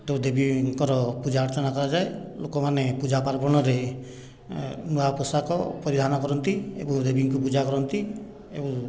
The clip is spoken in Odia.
ତ ଦେବୀଙ୍କର ପୂଜାଅର୍ଚ୍ଚନା କରାଯାଏ ଲୋକମାନେ ପୂଜାପାର୍ବଣରେ ନୂଆ ପୋଷାକ ପରିଧାନ କରନ୍ତି ଏବଂ ଦେବୀଙ୍କୁ ପୂଜା କରନ୍ତି ଏବଂ